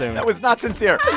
that was not sincere